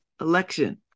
election